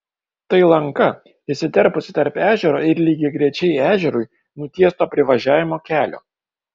tai lanka įsiterpusi tarp ežero ir lygiagrečiai ežerui nutiesto privažiavimo kelio